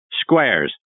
Squares